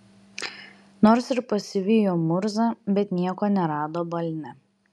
nors ir pasivijo murzą bet nieko nerado balne